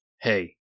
Hey